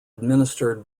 administered